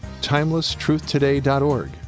TimelessTruthToday.org